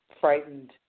frightened